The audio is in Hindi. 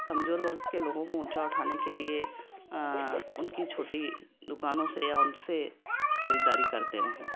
कमजोर वर्ग के लोगों को ऊँचा उठाने के लिए उनकी छोटी दुकानों से या उनसे ख़रीदारी करते रहें